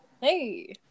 Hey